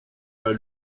pas